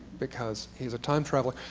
because he's a time traveler.